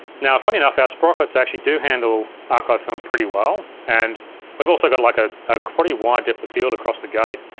now, funny enough, our sprockets actually do handle archive film pretty well and we've also got like ah a pretty wide depth of field across the gate.